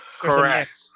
correct